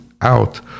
out